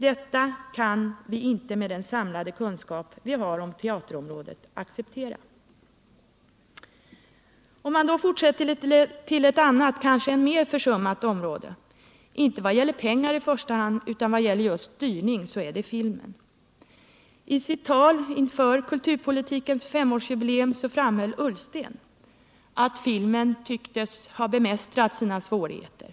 Detta kan vi inte med den samlade kunskap vi har om teaterområdet acceptera.” Om vi fortsätter till ett annat kanske än mer försummat område, inte vad gäller pengar i första hand utan vad gäller just styrning, så är det filmens. I sitt tal inför kulturpolitikens femårsjubileum framhöll Ola Ullsten att filmen tycks ha bemästrat sina svårigheter.